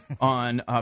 on